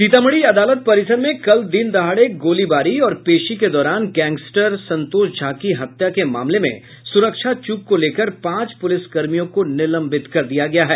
सीतामढ़ी अदालत परिसर में कल दिनदहाड़े गोलीबारी और पेशी के दौरान गैंगस्टर संतोष झा की हत्या के मामले में सुरक्षा चूक को लेकर पांच पुलिस कर्मियों को निलंबित कर दिया गया है